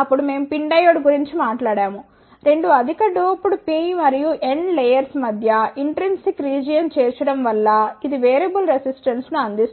అప్పుడు మేము PIN diode గురించి మాట్లాడాము 2 అధిక డోప్డ్ P మరియు N లేయర్స్ మధ్య ఇన్ట్రిన్సిక్ రీజియన్ చేర్చడం వల్ల ఇది వేరియబుల్ రెసిస్టెన్స్ ను అందిస్తుంది